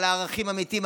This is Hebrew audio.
על הערכים האמיתיים,